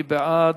מי בעד,